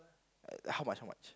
eh how much how much